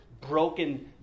broken